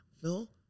Phil